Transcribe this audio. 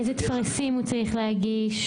איזה טפסים הוא צריך להגיש,